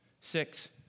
Six